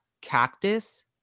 cactus